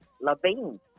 Levine